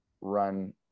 run